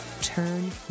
turn